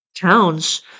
towns